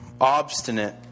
obstinate